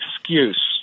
excuse